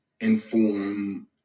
inform